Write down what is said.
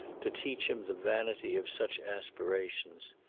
to teach him the vanity of such aspirations.